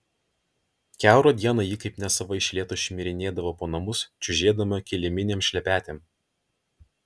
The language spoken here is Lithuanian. kiaurą dieną ji kaip nesava iš lėto šmirinėdavo po namus čiužėdama kiliminėm šlepetėm